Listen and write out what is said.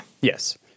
Yes